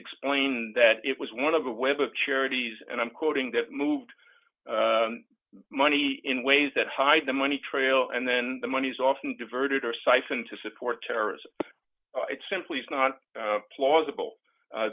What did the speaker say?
explained that it was one of the web of charities and i'm quoting that moved money in ways that hide the money trail and then the money is often diverted or syphon to support terrorism it simply is not plausible